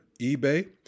eBay